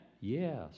Yes